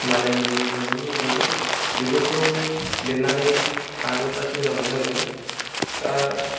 मालायनि जिउ जारिमिन जाहैबाय बेफोरखौ लिरनानै लानो बिराद मोजां मोनो आङो दा